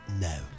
No